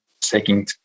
taking